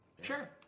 Sure